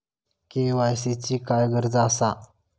KYC ची काय गरज आसा?